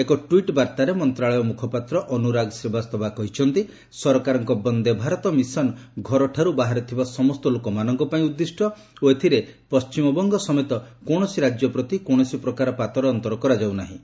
ଏକ ଟ୍ପିଟ୍ ବାର୍ତ୍ତାରେ ମନ୍ତ୍ରଶାଳୟ ମୁଖପାତ୍ର ଅନୁରାଗ ଶ୍ରୀବାସ୍ତବା କହିଛନ୍ତି ସରକାରଙ୍କ ବନ୍ଦେ ଭାରତ ମିଶନ ଘରଠାରୁ ବାହାରେ ଥିବା ସମସ୍ତ ଲୋକମାନଙ୍କ ପାଇଁ ଉଦ୍ଦିଷ୍ଟ ଓ ଏଥିରେ ପଶ୍ଚିମବଙ୍ଗ ସମେତ କୌଣସି ରାଜ୍ୟ ପ୍ରତି କୌଣସି ପ୍ରକାର ପାତରଅନ୍ତର କରାଯାଉ ନାହିଁ